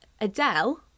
Adele